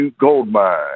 Goldmine